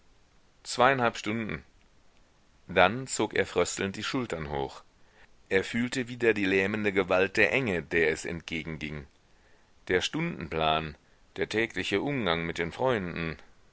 stunden dann zog er fröstelnd die schultern hoch er fühlte wieder die lähmende gewalt der enge der es entgegenging der stundenplan der tägliche umgang mit den freunden